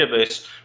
database